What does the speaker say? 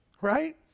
right